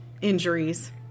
injuries